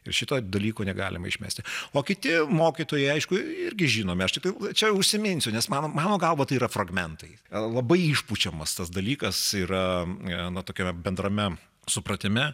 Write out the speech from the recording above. ir šito dalyko negalima išmesti o kiti mokytojai aišku irgi žinomi aš tiktai čia užsiminsiu nes mano mano galva tai yra fragmentai labai išpučiamas tas dalykas yra na tokiame bendrame supratime